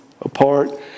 apart